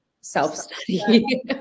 self-study